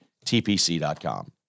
TPC.com